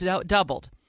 doubled